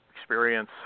experience